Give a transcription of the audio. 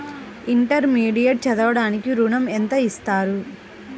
Intermediate చదవడానికి ఋణం ఎంత ఇస్తారు?